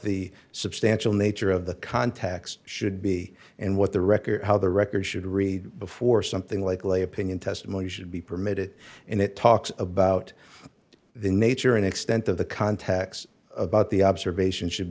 the substantial nature of the contacts should be and what the record how the record should read before something like lay opinion testimony should be permitted and it talks about the nature and extent of the context about the observations should